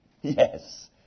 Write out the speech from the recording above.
Yes